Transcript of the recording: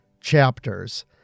chapters